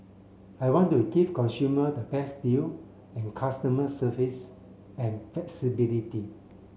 I want to give consumer the best deal and customer service and flexibility